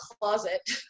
closet